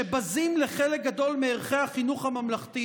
שבזים לחלק גדול מערכי החינוך הממלכתי